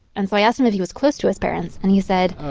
and so i asked him if he was close to his parents, and he said.